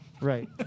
right